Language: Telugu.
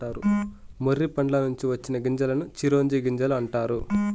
మొర్రి పండ్ల నుంచి వచ్చిన గింజలను చిరోంజి గింజలు అంటారు